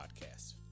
Podcast